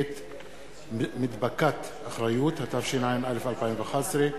(מדבקת אחריות), התשע"א , 2011,